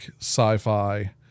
sci-fi